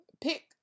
pick